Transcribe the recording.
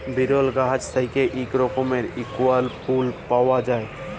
বিরল গাহাচ থ্যাইকে ইক রকমের ইস্কেয়াল ফুল পাউয়া যায়